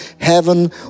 heaven